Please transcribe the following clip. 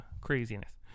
craziness